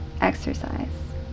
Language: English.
exercise